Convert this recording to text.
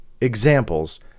examples